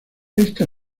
esta